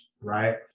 right